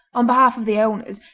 on behalf of the owners,